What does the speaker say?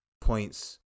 points